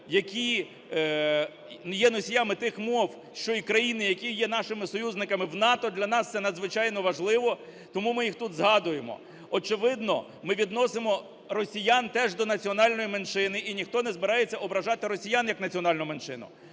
які є носіями тих мов, що і країни, які є нашими союзниками в НАТО, для нас це надзвичайно важливо, тому ми їх тут згадуємо. Очевидно, ми відносимо росіян теж до національної меншини, і ніхто не збирається ображати росіян як національну меншину.